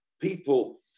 people